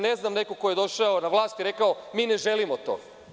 Ne znam nekog ko je došao na vlast i rekao – mi ne želimo to.